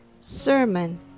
sermon